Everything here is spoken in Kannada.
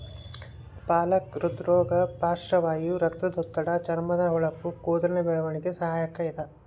ಪಾಲಕ ಹೃದ್ರೋಗ ಪಾರ್ಶ್ವವಾಯು ರಕ್ತದೊತ್ತಡ ಚರ್ಮದ ಹೊಳಪು ಕೂದಲಿನ ಬೆಳವಣಿಗೆಗೆ ಸಹಕಾರಿ ಇದ